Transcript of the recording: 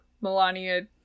Melania